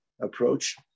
approach